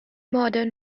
modern